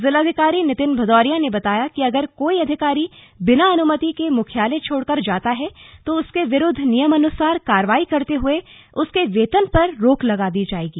जिलाधिकारी नितिन भदौरिया ने बताया कि अगर कोई अधिकारी बिना अनुमति के मुख्यालय छोड़कर जाता है तो उसके विरूद्व नियमानुसार कार्रवाई करते हुए उसके वेतन पर रोक लगा दी जायेगी